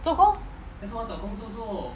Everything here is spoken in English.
做工